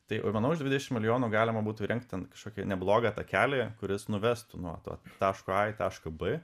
tai manau už dvidešimt milijonų galima būtų įrengt ten kažkokį neblogą takelį kuris nuvestų nuo to taško a į tašką b